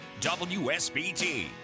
WSBT